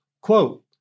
Quote